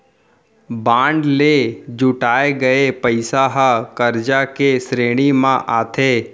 bond ले जुटाए गये पइसा ह करजा के श्रेणी म आथे